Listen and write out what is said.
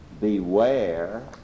beware